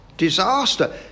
disaster